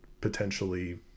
potentially